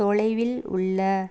தொலைவில் உள்ள